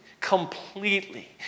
completely